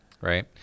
right